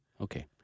Okay